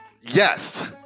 Yes